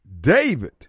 David